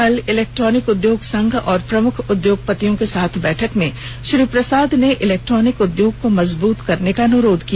कल इलेक्ट्रॉनिक उद्योग संघ और प्रमुख उद्योगपतियों के साथ बैठक में श्री प्रसाद ने इलेक्ट्रॉनिक उद्योग को मजूबूत करने का अनुरोध किया